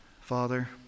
Father